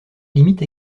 limite